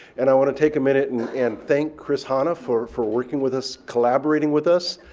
and i want to take a minute and and thank chris hanna for for working with us. collaborating with us.